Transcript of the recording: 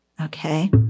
Okay